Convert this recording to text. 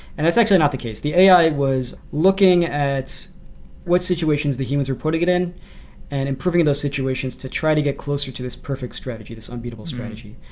and that's actually not the case. the ai was looking at what situations the humans are putting it in and improving those situations to try to get closer to this perfect strategy, this unbeatable strategy.